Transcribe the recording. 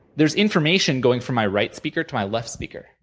there's information going from my right speaker to my left speaker.